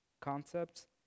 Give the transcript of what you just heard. concepts